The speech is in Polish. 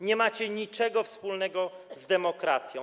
Nie macie nic wspólnego z demokracją.